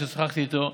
ששוחחתי איתו,